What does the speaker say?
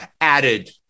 added